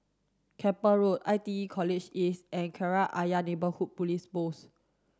Keppel Road I T E College East and Kreta Ayer Neighbourhood Police Post